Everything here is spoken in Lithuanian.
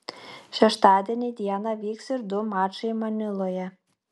šeštadienį dieną vyks ir du mačai maniloje